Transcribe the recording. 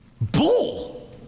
Bull